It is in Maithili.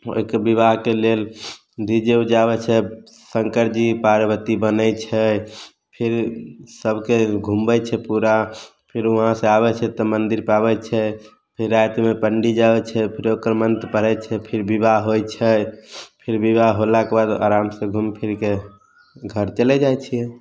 ओहिके बिबाहके लेल डी जे उ जे आबैत छै शङ्करजी पार्बती बनैत छै फिर सबके घूमबैत छै पूरा फिर उहाँ से आबैत छै तऽ मंदिर पर आबैत छै फिर रातिमे पंडीजी आबैत छै फेर ओकर मंत्र पढ़ैत छै फिर बिबाह होइत छै फिर बिबाह होलाके बाद आराम से घूमि फिरके घर चलि जाइत छियै